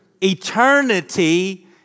eternity